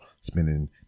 spending